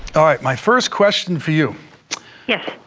ah my first question for you, yeah